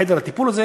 בחדר הטיפול הזה,